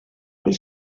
les